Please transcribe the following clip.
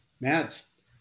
Mads